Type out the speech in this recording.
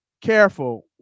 careful